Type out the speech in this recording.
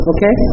Okay